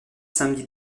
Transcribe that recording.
samedi